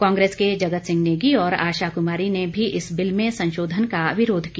कांग्रेस के जगत सिंह नेगी और आशा कुमारी ने भी इस बिल में संशोधन का विरोध किया